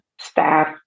staff